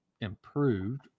improved